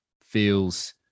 feels